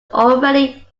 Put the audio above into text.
already